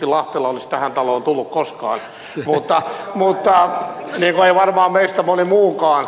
lahtela olisi tähän taloon tullut koskaan niin kuin ei varmaan meistä moni muukaan